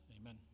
Amen